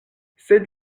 sed